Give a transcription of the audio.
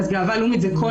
אז גאווה לאומית זה כל